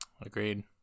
Agreed